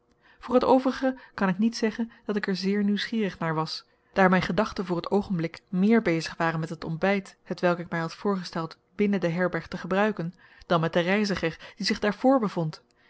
voor t overige kan ik niet zeggen dat ik er zeer nieuwsgierig naar was daar mijn gedachten voor het oogenblik meer bezig waren met het ontbijt hetwelk ik mij had voorgesteld binnen de herberg te gebruiken dan met den reiziger die zich daar voor bevond